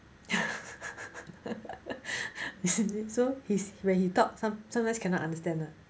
so he's when he talk some sometimes cannot understand ah